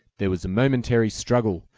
there was a momentary struggle,